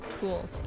Cool